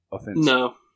No